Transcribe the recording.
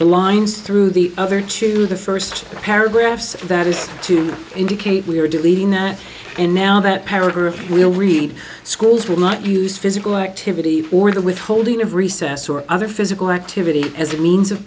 the lines through the other two the first paragraphs that is to indicate we are deleting that and now that paragraph will read schools will not use physical activity or the withholding of recess or other physical activity as a means of